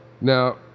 Now